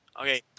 Okay